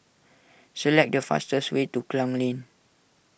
select the fastest way to Klang Lane